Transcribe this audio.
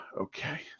okay